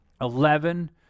Eleven